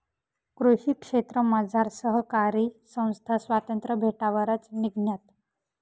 कृषी क्षेत्रमझार सहकारी संस्था स्वातंत्र्य भेटावरच निंघण्यात